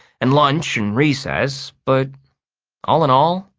and lunch and recess. but all in all,